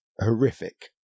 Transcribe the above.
horrific